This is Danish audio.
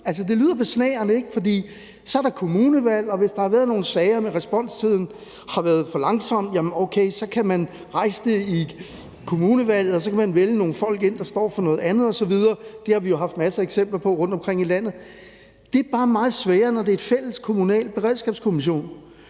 Det lyder besnærende, for så er der kommunalvalg, og der har været nogle sager med, at responstiden har været for lang, okay, så kan man rejse det i kommunalvalget, og så kan man vælge nogle folk, der står for noget andet osv., ind. Det har vi jo haft masser af eksempler på rundtomkring i landet. Det er bare meget sværere, når det er et fælleskommunalt beredskab, for